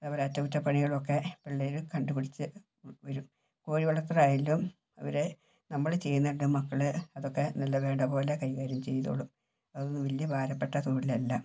അതേപോലെ അറ്റകുറ്റ പണികളൊക്കെ പിള്ളേർ കണ്ടുപിടിച്ച് വരും കോഴിവളർത്തൽ ആയാലും അവരെ നമ്മൾ ചെയ്യുന്നുണ്ട് മക്കളെ അതൊക്കെ നല്ല വേണ്ടപോലെ കൈകാര്യം ചെയ്തോളും അതൊന്നും വലിയ ഭാരപ്പെട്ട തൊഴിലല്ല